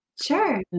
sure